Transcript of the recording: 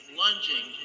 lunging